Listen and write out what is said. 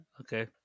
Okay